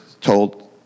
told